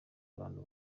bantu